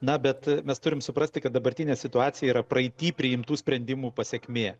na bet mes turim suprasti kad dabartinė situacija yra praeity priimtų sprendimų pasekmė